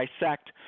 dissect